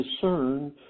discern